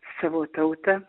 savo tautą